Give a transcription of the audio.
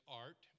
art